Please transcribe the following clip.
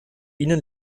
ihnen